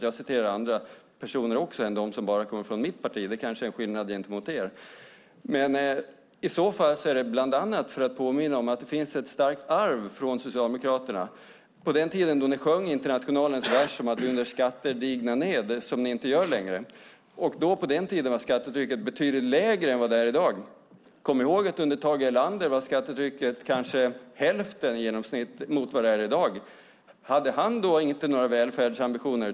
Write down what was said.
Jag citerar alltså även andra personer än sådana som kommer från mitt parti. Det kanske är en skillnad gentemot er. I så fall är det bland annat för att påminna om att det finns ett starkt arv från Socialdemokraterna. På den tiden ni sjöng Internationalens vers om att "under skatter digna ner", vilket ni inte gör längre, var skattetrycket betydligt lägre än vad det är i dag. Kom ihåg att under Tage Erlander var skattetrycket kanske i genomsnitt hälften mot vad det är i dag. Hade han då inte några välfärdsambitioner?